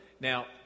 Now